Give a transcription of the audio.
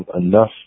enough